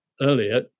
earlier